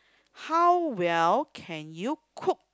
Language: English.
how well can you cook